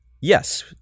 yes